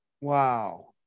Wow